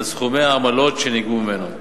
על סכומי העמלות שנגבו ממנו.